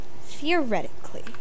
Theoretically